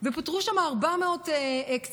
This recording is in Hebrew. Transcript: ופוטרו שם 400 קצינים,